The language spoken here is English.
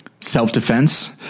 self-defense